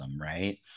right